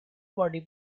body